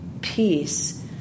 peace